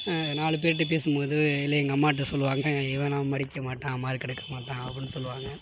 நாலு பேர்கிட்ட பேசும்போது இல்லை எங்கள் அம்மாகிட்ட சொல்லுவாங்க இவனெலாம் மறிக்க மாட்டான் மார்க் எடுக்க மாட்டான் அப்புடின்னு சொல்லுவாங்க